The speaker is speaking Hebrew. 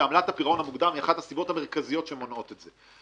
ועמלת הפירעון המוקדם היא אחת הסיבות המרכזיות שמונעות את זה.